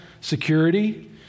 security